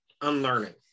unlearning